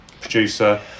producer